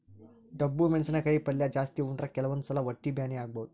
ಡಬ್ಬು ಮೆಣಸಿನಕಾಯಿ ಪಲ್ಯ ಜಾಸ್ತಿ ಉಂಡ್ರ ಕೆಲವಂದ್ ಸಲಾ ಹೊಟ್ಟಿ ಬ್ಯಾನಿ ಆಗಬಹುದ್